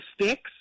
sticks